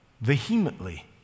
vehemently